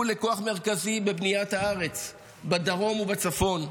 לכוח מרכזי בבניית הארץ בדרום ובצפון.